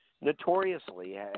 notoriously